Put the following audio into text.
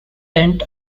tint